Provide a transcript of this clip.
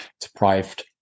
deprived